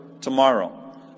tomorrow